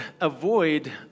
avoid